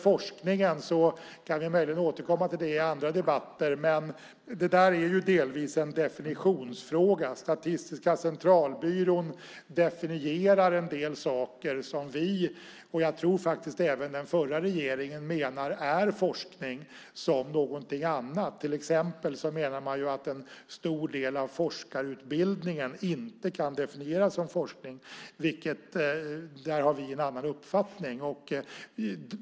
Vi kan möjligen återkomma till forskningen i andra debatter. Men det handlar delvis om en definitionsfråga. Statistiska centralbyrån definierar en del saker som vi, och jag tror faktiskt även den förra regeringen, menar är forskning som någonting annat. Till exempel menar man att en stor del av forskarutbildningen inte kan definieras som forskning. Där har vi en annan uppfattning.